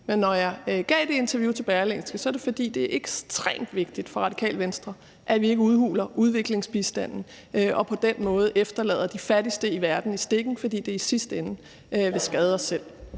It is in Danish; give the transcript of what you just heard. Men når jeg gav det interview til Berlingske, er det, fordi det er ekstremt vigtigt for Radikale Venstre, at vi ikke udhuler udviklingsbistanden og på den måde lader de fattigste i verden i stikken, fordi det i sidste ende vil skade os selv.